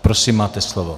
Prosím, máte slovo.